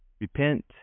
Repent